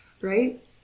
Right